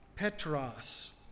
Petras